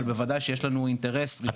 אבל בוודאי שיש לנו אינטרס --- אתה